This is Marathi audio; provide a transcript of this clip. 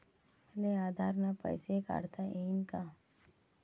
मले आधार न पैसे काढता येईन का?